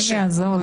שאלוהים יעזור לי.